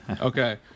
Okay